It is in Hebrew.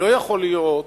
לא יכול להיות,